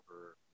over